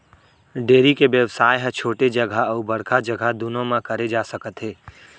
dairy के बेवसाय ह छोटे जघा अउ बड़का जघा दुनों म करे जा सकत हे